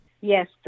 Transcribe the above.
Yes